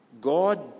God